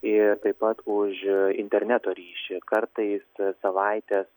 ir taip pat už interneto ryšį kartais savaitės